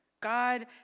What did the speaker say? God